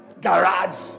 garage